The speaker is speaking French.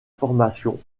formation